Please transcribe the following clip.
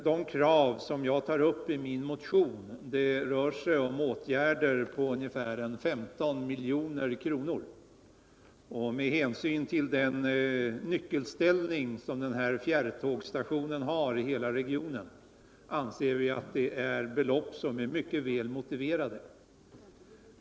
De krav som jag tar upp i min motion gäller åtgärder på ungefär 15 milj.kr., och med hänsyn till den nyckelställning som denna fjärrtågstation har i hela regionen anser vi att detta belopp är mycket väl motiverat.